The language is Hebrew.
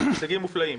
הישגים מופלאים,